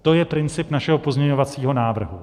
To je princip našeho pozměňovacího návrhu.